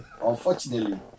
unfortunately